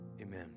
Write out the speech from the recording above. amen